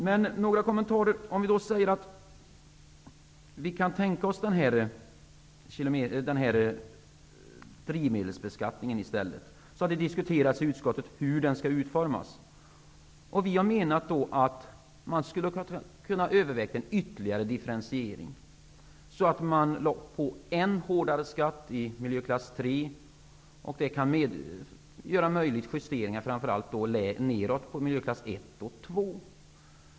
Det har diskuterats i utskottet hur drivmedelsskatten skall utformas. Vi har då menat att man kunde ha övervägt ytterligare differentiering, så att man lagt på än hårdare skatt i miljöklass 3. Det kan möjliggöra justeringar, framför allt nedåt på miljöklass 1 och 2.